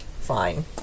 Fine